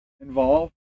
involved